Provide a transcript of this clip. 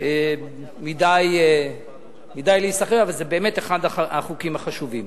מדי להיסחף, אבל זה באמת אחד החוקים החשובים.